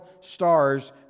stars